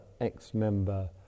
ex-member